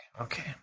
Okay